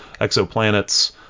exoplanets